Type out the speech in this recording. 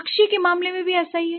पक्षी के मामले में भी ऐसा ही है